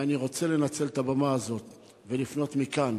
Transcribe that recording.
ואני רוצה לנצל את הבמה הזאת ולפנות מכאן